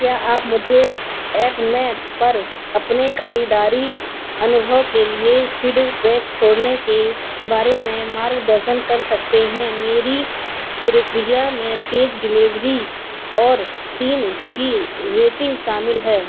क्या आप मुझे एपमे पर अपने ख़रीदारी अनुभव के लिए फीडबैक छोड़ने के बारे में मार्गदर्शन कर सकते हैं मेरी प्रक्रिया में तेज़ डिलीवरी और तीन की रेटिंग शामिल है